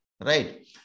right